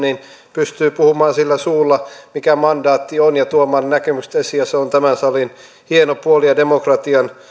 pystyvät puhumaan sillä suulla mikä mandaatti on ja tuomaan näkemystä esiin ja se on tämän salin hieno puoli ja demokratian